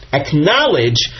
acknowledge